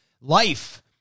life